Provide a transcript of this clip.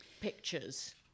pictures